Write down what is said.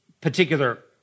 particular